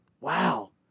Wow